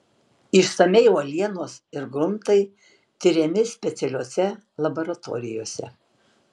išsamiai uolienos ir gruntai tiriami specialiose laboratorijose